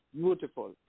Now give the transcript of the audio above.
beautiful